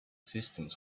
systems